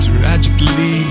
Tragically